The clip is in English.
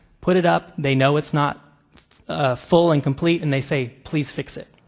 put it up, they know it's not full and complete and they say please fix it,